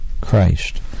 Christ